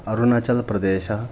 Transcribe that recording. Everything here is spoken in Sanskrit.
अरुणाचलप्रदेशः